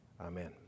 Amen